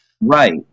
Right